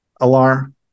alarm